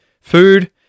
food